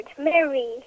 Mary